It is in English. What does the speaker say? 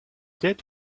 did